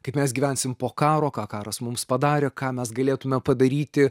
kaip mes gyvensim po karo ką karas mums padarė ką mes galėtume padaryti